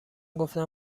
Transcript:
گفتم